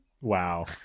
Wow